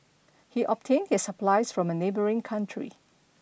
he obtained his supplies from a neighboring country